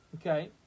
Okay